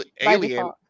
Alien